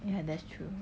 ya that's true